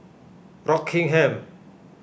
Rockingham